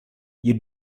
you